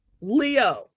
leo